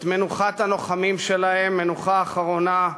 את מנוחת הלוחמים שלהם, מנוחה אחרונה,